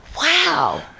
Wow